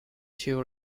too